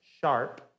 Sharp